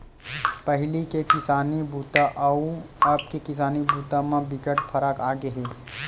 पहिली के किसानी बूता अउ अब के किसानी बूता म बिकट फरक आगे हे